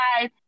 guys